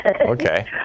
okay